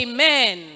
Amen